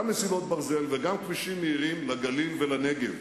גם מסילות ברזל וגם כבישים מהירים לגליל ולנגב.